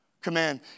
command